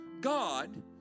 God